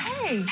Hey